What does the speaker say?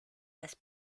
las